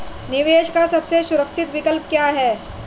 निवेश का सबसे सुरक्षित विकल्प क्या है?